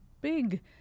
big